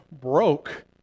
broke